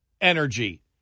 energy